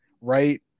right